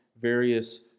various